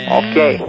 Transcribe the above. okay